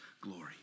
glory